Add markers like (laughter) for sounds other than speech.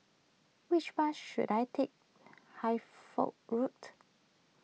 which bus should I take (unintelligible) Road